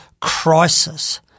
crisis